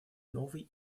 новой